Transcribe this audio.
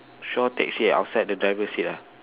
shaw taxi outside the driver seat ah